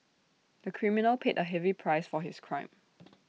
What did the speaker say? the criminal paid A heavy price for his crime